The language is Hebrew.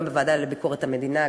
גם בוועדה לביקורת המדינה,